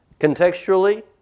Contextually